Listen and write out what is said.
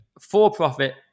for-profit